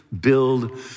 build